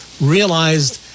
realized